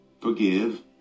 forgive